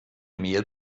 mail